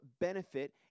benefit